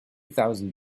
thousand